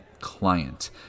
client